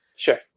Sure